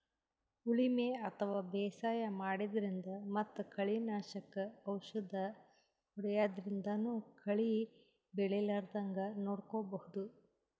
ಉಳಿಮೆ ಅಥವಾ ಬೇಸಾಯ ಮಾಡದ್ರಿನ್ದ್ ಮತ್ತ್ ಕಳಿ ನಾಶಕ್ ಔಷದ್ ಹೋದ್ಯಾದ್ರಿನ್ದನೂ ಕಳಿ ಬೆಳಿಲಾರದಂಗ್ ನೋಡ್ಕೊಬಹುದ್